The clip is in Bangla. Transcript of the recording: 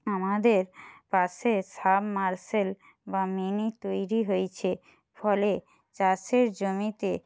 আমাদের পাশে সাবমার্সেল বা মিনি তৈরি হয়েছে ফলে চাষের জমিতে